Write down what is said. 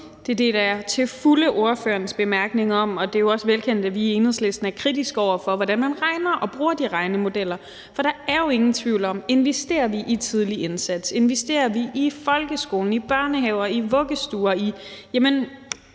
Jeg er fuldt ud enig i ordførerens bemærkning, og det er jo også velkendt, at vi i Enhedslisten er kritiske over for, hvordan man regner og bruger de regnemodeller. For der er jo ingen tvivl om, at investerer vi i tidlig indsats, at investerer vi i folkeskolen, i børnehaver, i vuggestuer, i